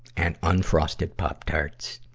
and unfrosted pop tarts.